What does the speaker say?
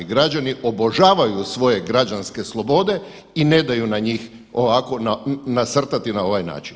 Građani obožavaju svoje građanske slobode i ne daju na njih ovako nasrtati na ovaj način.